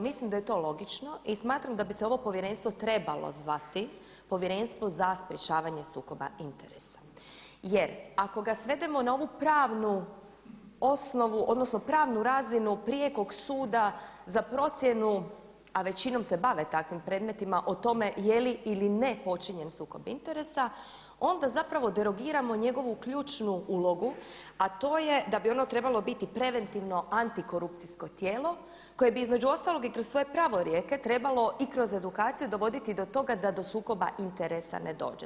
Mislim da je to logično i smatram da bi se ovo Povjerenstvo trebalo zvati Povjerenstvo za sprječavanje sukoba interesa, jer ako ga svedemo na ovu pravnu osnovu, odnosno pravnu razinu prijekog suda za procjenu a većinom se bave takvim predmetima o tome je li ili ne počinjen sukob interesa, onda zapravo derogiramo njegovu ključnu ulogu, a to je da bi ono trebalo biti preventivno antikorupcijsko tijelo koje bi između ostalog i kroz svoje pravorijeke trebalo i kroz edukaciju dovoditi do toga da do sukoba interesa ne dođe.